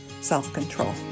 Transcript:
self-control